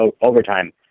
overtime